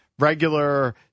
Regular